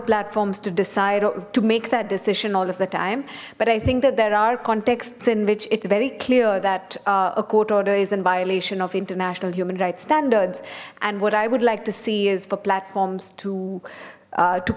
platforms to decide to make that decision all of the time but i think that there are contexts in which it's very clear that a court order is in violation of international human rights standards and what i would like to see is for platforms to